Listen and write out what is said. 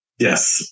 Yes